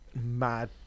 mad